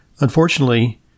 Unfortunately